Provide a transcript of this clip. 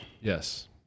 Yes